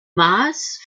maß